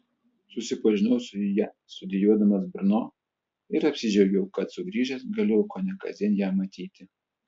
susipažinau su ja studijuodamas brno ir apsidžiaugiau kad sugrįžęs galėjau kone kasdien ją matyti